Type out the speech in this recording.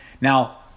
Now